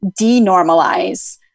denormalize